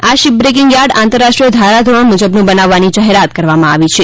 આ શીપબ્રેકીંગ થાર્ડ આંતરરાષ્ટ્રીય ધારાધોરણો મુજબનું બનાવવાની જાહેરાત કરવામાં આવી છે